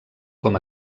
com